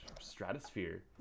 Stratosphere